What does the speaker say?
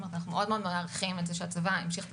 אנחנו מאוד מעריכים את זה שהצבא המשיך את זה